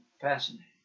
fascinating